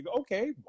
Okay